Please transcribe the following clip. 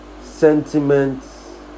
sentiments